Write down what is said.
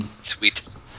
Sweet